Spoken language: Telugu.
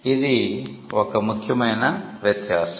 ఇది ఒక ముఖ్యమైన వ్యత్యాసం